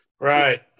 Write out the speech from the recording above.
Right